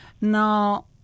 Now